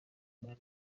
kumwe